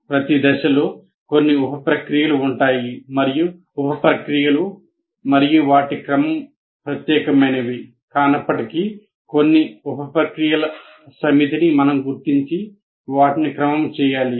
ప్రతి దశలో కొన్ని ఉప ప్రక్రియలు ఉంటాయి మరియు ఉప ప్రక్రియలు మరియు వాటి క్రమం ప్రత్యేకమైనవి కానప్పటికీ కొన్ని ఉప ప్రక్రియల సమితిని మనం గుర్తించి వాటిని క్రమం చేయాలి